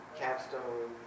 capstone